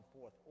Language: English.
forth